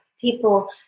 people